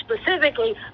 specifically